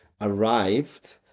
arrived